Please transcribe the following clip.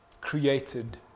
created